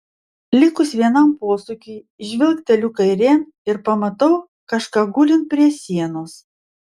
likus vienam posūkiui žvilgteliu kairėn ir pamatau kažką gulint prie sienos